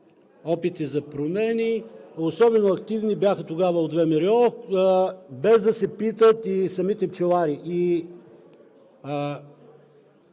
опити за промени – особено активни бяха тогава от ВМРО, без да се питат самите пчелари,